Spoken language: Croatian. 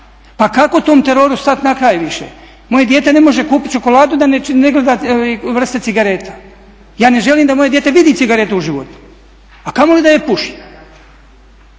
Pa kako tom teroru stat na kraj više? Moje dijete ne može kupit čokoladu da ne gleda vrste cigareta. Ja ne želim da moje dijete vidi cigaretu u životu, a kamoli da je puši